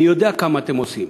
אני יודע כמה אתם עושים,